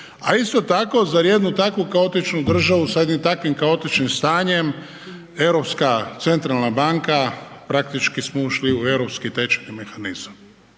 a isto tako, zar jednu takvu kaotičnu državu, sa jednim takvim kaotičnim stanjem Europska centralna banka praktički smo ušli u europski tečajni mehanizam.